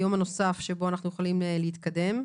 היום הנוסף שבו אנחנו יכולים להתקדם.